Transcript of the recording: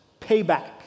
payback